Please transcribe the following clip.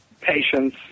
patience